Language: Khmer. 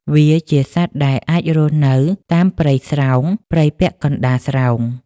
វាជាសត្វដែលអាចរស់នៅតាមព្រៃស្រោង ព្រៃពាក់កណ្តាលស្រោង។